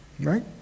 Right